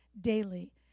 daily